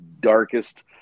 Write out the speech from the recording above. darkest